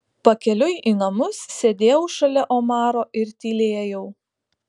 pakeliui į namus sėdėjau šalia omaro ir tylėjau